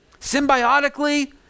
symbiotically